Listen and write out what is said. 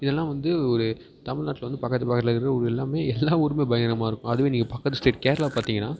இதெல்லாம் வந்து ஒரு தமிழ்நாட்டில் வந்து பக்கத்து பக்கத்தில் இருக்கிற ஊர் எல்லாமே எல்லா ஊருமே பயங்கரமாக இருக்கும் அதுவே நீங்கள் பக்கத்து ஸ்டேட் கேரளா பார்த்திங்கன்னா